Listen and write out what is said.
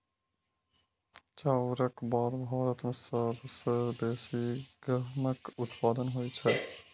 चाउरक बाद भारत मे सबसं बेसी गहूमक उत्पादन होइ छै